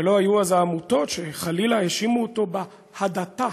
שלא היו אז עמותות שחלילה האשימו אותו בהדתה.